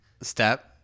step